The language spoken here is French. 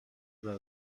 veut